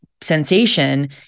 sensation